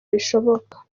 bishoboka